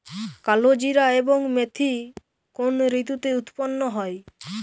কালোজিরা এবং মেথি কোন ঋতুতে উৎপন্ন হয়?